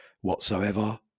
whatsoever